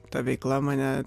ta veikla mane